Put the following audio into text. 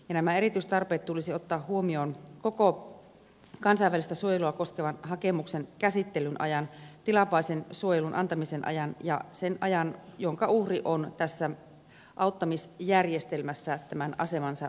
nämä erityistarpeet tulisi ottaa huomioon koko kansainvälistä suojelua koskevan hakemuksen käsittelyn ajan tilapäisen suojelun antamisen ajan ja sen ajan jonka uhri on tässä auttamisjärjestelmässä tämän asemansa vuoksi